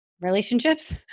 relationships